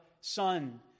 Son